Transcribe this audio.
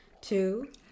Two